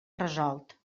resolt